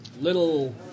little